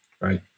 right